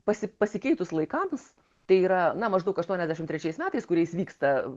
pasi pasikeitus laikams tai yra na maždaug aštuoniasdešim trečiais metais kuriais vyksta